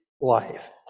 life